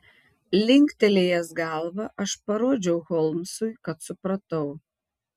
linktelėjęs galvą aš parodžiau holmsui kad supratau